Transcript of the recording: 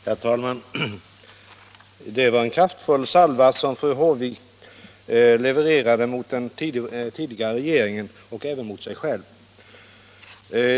Herr talman! Det var en kraftig salva som fru Håvik levererade mot den tidigare regeringen och därmed även mot sig själv!